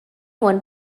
one